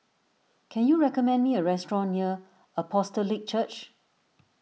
can you recommend me a restaurant near Apostolic Church